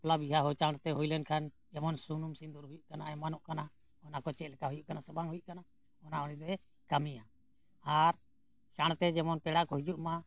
ᱵᱟᱯᱞᱟ ᱵᱤᱦᱟᱹ ᱦᱚᱸ ᱪᱟᱬᱛᱮ ᱦᱩᱭ ᱞᱮᱱ ᱠᱷᱟᱱ ᱡᱮᱢᱚᱱ ᱥᱩᱱᱩᱢ ᱥᱤᱸᱫᱩᱨ ᱦᱩᱭᱩᱜ ᱠᱟᱱᱟ ᱮᱢᱟᱱᱚᱜ ᱠᱟᱱᱟ ᱚᱱᱟ ᱠᱚ ᱪᱮᱫ ᱞᱮᱠᱟ ᱦᱩᱭᱩᱜ ᱠᱟᱱᱟ ᱥᱮ ᱵᱟᱝ ᱦᱩᱭᱩᱜ ᱠᱟᱱᱟ ᱚᱱᱟ ᱩᱱᱤ ᱫᱚᱭ ᱠᱟᱹᱢᱤᱭᱟ ᱟᱨ ᱪᱟᱬᱛᱮ ᱡᱮᱢᱚᱱ ᱯᱮᱲᱟ ᱠᱚ ᱦᱤᱡᱩᱜ ᱢᱟ